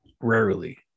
rarely